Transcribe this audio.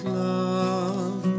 love